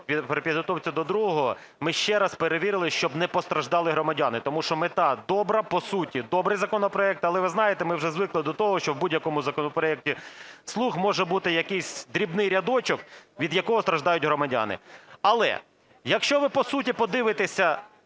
щоб при підготовці до другого ми ще раз перевірили, щоб не постраждали громадяни. Тому що мета добра, по суті, добрий законопроект, але, ви знаєте, ми вже звикли до того, що в будь-якому законопроекті "слуг" може бути якийсь дрібний рядочок, від якого страждають громадяни. Але якщо ви по суті подивитися